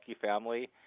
family